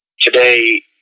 today